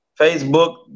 Facebook